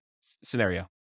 scenario